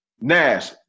Nash